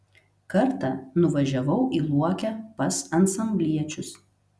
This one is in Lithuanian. kartą nuvažiavau į luokę pas ansambliečius